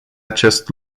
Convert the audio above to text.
acest